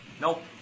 Nope